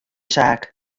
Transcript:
saak